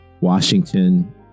Washington